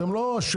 אתם לא אשמים,